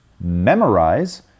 memorize